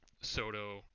Soto